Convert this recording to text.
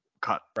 cut